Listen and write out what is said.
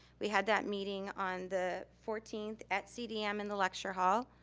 we had that meeting on the fourteenth at cdm in the lecture hall.